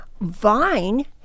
Vine